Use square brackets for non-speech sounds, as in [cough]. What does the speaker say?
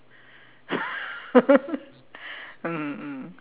[laughs] mm